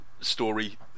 story